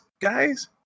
Guys